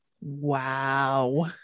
Wow